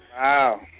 Wow